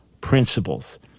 principles